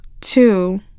Two